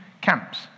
camps